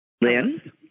Lynn